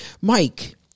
Mike